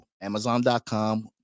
Amazon.com